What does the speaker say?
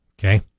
Okay